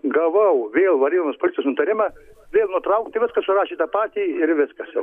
gavau vėl varėnos policijos nutarimą vėl nutraukti viską surašė tą patį ir viskas jau